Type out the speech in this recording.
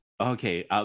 Okay